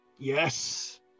Yes